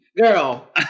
Girl